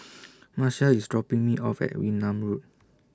Marshall IS dropping Me off At Wee Nam Road